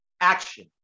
Action